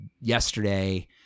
yesterday